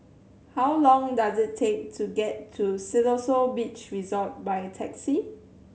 how long does it take to get to Siloso Beach Resort by taxi